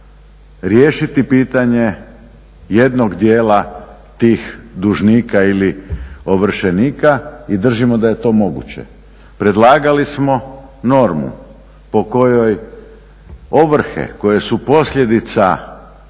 riješiti pitanje jednog dijela tih dužnika ili ovršenika i držimo da je to moguće. Predlagali smo normu po kojoj ovrhe koje su posljedica